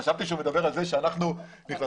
חשבתי שהוא מדבר על כך שאנחנו נכנסים.